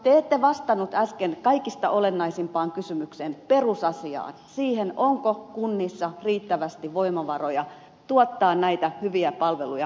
te ette vastannut äsken kaikista olennaisimpaan kysymykseen perusasiaan siihen onko kunnissa riittävästi voimavaroja tuottaa näitä hyviä palveluja vanhuksillemme